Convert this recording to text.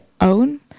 own